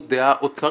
תמימות דעה אוצרית.